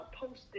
posted